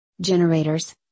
Generators